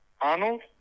Arnold